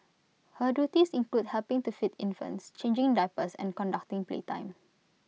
her duties included helping to feed infants changing diapers and conducting playtime